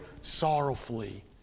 sorrowfully